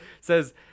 says